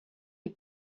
hip